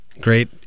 great